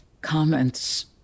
comments